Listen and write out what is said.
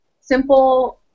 simple